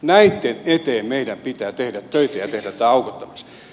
näitten eteen meidän pitää tehdä töitä ja tehdä tämä aukottomaksi